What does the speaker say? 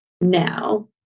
now